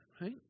right